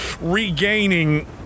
regaining